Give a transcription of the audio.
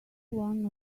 one